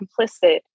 complicit